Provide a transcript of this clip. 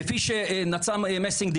כפי שנצ"מ מסינג,